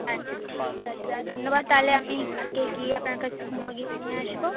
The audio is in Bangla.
আচ্ছা ঠিক আছে দাদা ধন্যবাদ তাহলে আমি কালকে গিয়ে আপনার কাছ থেকে মুরগিটা নিয়ে আসবো